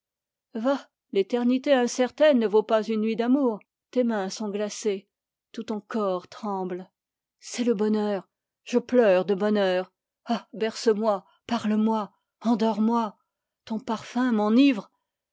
va l'éternité incertaine ne vaut pas une nuit d'amour tes mains sont glacées tout ton corps tremble c'est le bonheur je pleure de bonheur ah bercemoi parle-moi endors moi ton parfum m'enivre